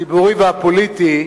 הציבורי והפוליטי,